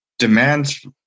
Demands